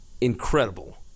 incredible